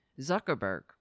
Zuckerberg